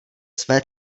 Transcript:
své